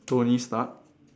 Tony Stark